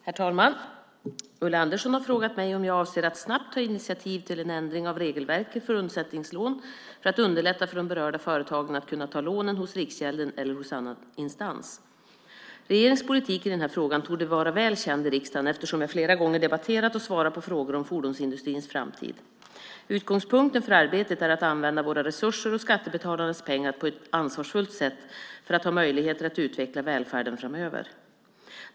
Herr talman! Ulla Andersson har frågat mig om jag avser att snabbt ta initiativ till en ändring av regelverket för undsättningslån för att underlätta för de berörda företagen att kunna ta lånen hos Riksgälden eller hos annan instans. Regeringens politik i den här frågan torde vara väl känd i riksdagen eftersom jag flera gånger har debatterat och svarat på frågor om fordonsindustrins framtid. Utgångspunkten för arbetet är att använda våra resurser och skattebetalarnas pengar på ett ansvarsfullt sätt för att ha möjligheter att utveckla välfärden framöver.